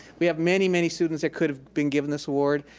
we have many, many students that could have been given this award.